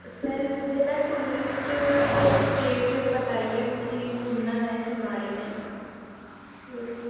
sir मुझे ना tourist places बताइए मुझे घूमना है छिंदवाड़े में गो गो